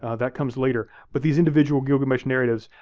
ah that comes later, but these individual gilgamesh narratives.